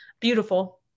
beautiful